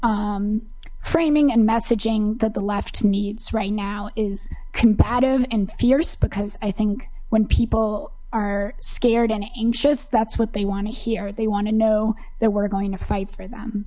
of framing and messaging that the left needs right now is combative and fierce because i think when people are scared and anxious that's what they want to hear they want to know that we're going to fight for them